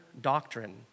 doctrine